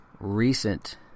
recent